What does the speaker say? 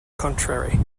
contrary